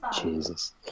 Jesus